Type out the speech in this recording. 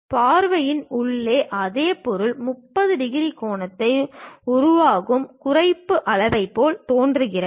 பார்வையின் உள்ளே அதே பொருள் 35 டிகிரி கோணத்தை உருவாக்கும் குறைப்பு அளவைப் போல் தெரிகிறது